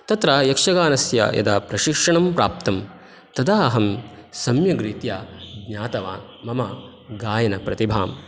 तत्र यक्षगानस्य यदा प्रशिक्षणं प्राप्तं तदा अहं सम्यग्रीत्या ज्ञातवान् मम गायनप्रतिभां